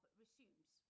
resumes